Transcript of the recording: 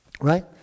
Right